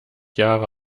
jahre